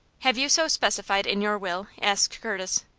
have you so specified in your will? asked curtis.